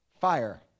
fire